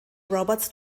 roberts